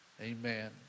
Amen